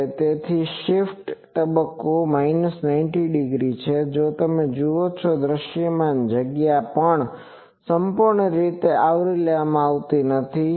તેથી શિફ્ટ તબક્કો એ 90° છે તમે જુઓ છો કે દૃશ્યમાન જગ્યા પણ સંપૂર્ણ રીતે આવરી લેવામાં આવતી નથી